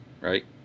Right